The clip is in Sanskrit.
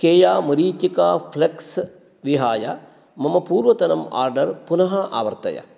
केया मरीचिका फ्लेक्स् विहाय मम पूर्वतनम् आर्डर् पुनः आवर्तय